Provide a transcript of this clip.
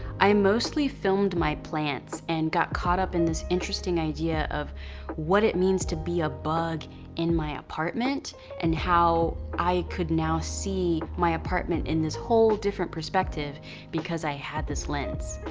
i mostly filmed my plants and got caught up in this interesting idea of what it means to be a bug in my apartment and how i could now see my apartment in this whole different perspective because i had this lens.